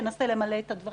תנסה את הדברים.